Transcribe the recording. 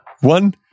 one